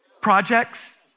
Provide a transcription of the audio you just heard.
projects